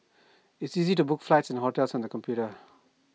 IT is easy to book flights and hotels on the computer